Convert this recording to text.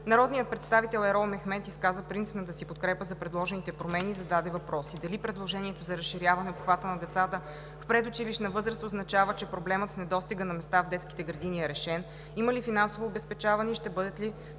Народният представител Ерол Мехмед изказа принципната си подкрепа за предложените промени и зададе въпроси – дали предложението за разширяване обхвата на децата в предучилищна възраст означава, че проблемът с недостига на места в детските градини е решен, има ли финансово обезпечаване и ще бъдат ли